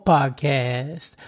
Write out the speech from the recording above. Podcast